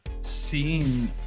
Seeing